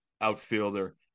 outfielder